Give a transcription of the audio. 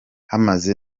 hameze